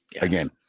again